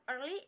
early